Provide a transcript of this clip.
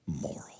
moral